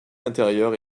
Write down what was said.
intérieure